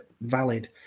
valid